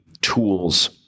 tools